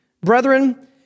Brethren